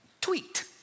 tweet